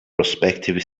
prospective